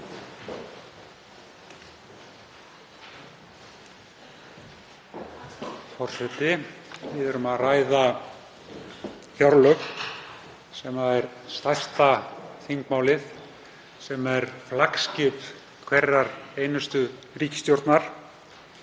forseti. Við erum að ræða fjárlög, sem er stærsta þingmálið, sem er flaggskip hverrar einustu ríkisstjórnar